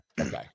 Okay